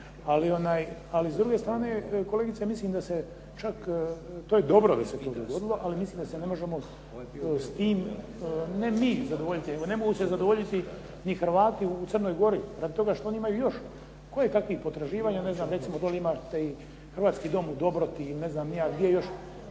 Ali s druge strane, kolegice, mislim da se čak, to je dobro da se to dogodilo, ali mislim da se ne možemo s tim ne mi zadovoljiti, nego ne mogu se zadovoljiti ni Hrvati u Crnoj Gori radi toga što oni imaju još kojekakvih potraživanja, recimo dole imati i Hrvatski dom u Dobroti ili ne znam ni ja gdje još.